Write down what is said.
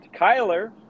kyler